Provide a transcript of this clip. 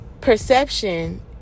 perception